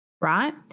right